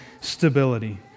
stability